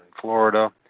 Florida